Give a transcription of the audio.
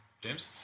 James